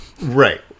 Right